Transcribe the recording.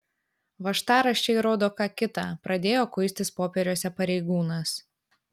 važtaraščiai rodo ką kita pradėjo kuistis popieriuose pareigūnas